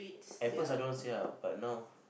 at first I don't want to say ah but now